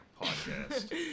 podcast